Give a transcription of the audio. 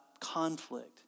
conflict